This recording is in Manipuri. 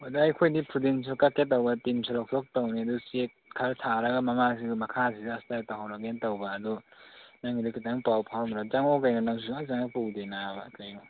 ꯑꯗꯣ ꯑꯩꯈꯣꯏꯗꯤ ꯐꯨꯗꯤꯟꯁꯨ ꯀꯛꯀꯦ ꯇꯧꯕ ꯇꯤꯟꯁꯨ ꯂꯧꯊꯣꯛꯇꯧꯅꯤ ꯑꯗꯨ ꯆꯦꯛ ꯈꯔ ꯊꯥꯔꯒ ꯃꯈꯥꯁꯤꯁꯨ ꯑꯁꯇꯔ ꯇꯧꯍꯧꯔꯒꯦ ꯇꯧꯕ ꯑꯗꯨ ꯅꯪꯒꯤꯗꯣ ꯈꯤꯇꯪ ꯄꯥꯎ ꯐꯥꯎꯅꯔ ꯆꯪꯉꯛꯑꯣ ꯀꯩꯅꯣ ꯅꯪꯁꯨ ꯁꯨꯛꯆꯡ ꯆꯉꯛꯄ ꯎꯗꯦ ꯅꯥꯕ ꯀꯩꯅꯣ